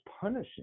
punishing